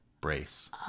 Brace